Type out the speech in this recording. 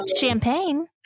Champagne